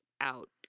out